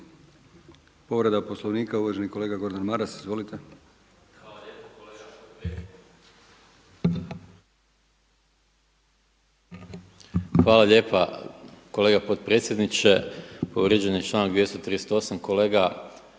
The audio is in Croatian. Povreda Poslovnika uvaženi kolega Gordan Maras. Izvolite. **Maras, Gordan (SDP)** Hvala lijepa kolega potpredsjedniče. Povrijeđen je članak 238. kolega